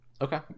Okay